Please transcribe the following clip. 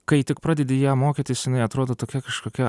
kai tik pradedi ją mokytis jinai atrodo tokia kažkokia